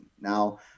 Now